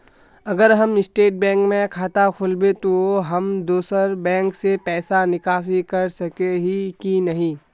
अगर हम state bank में खाता खोलबे तो हम दोसर बैंक से पैसा निकासी कर सके ही की नहीं?